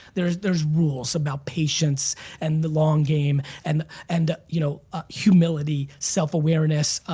there's there's rules about patience and the long game and and you know ah humility, self awareness,